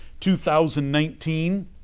2019